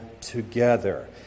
together